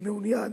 לא מעוניין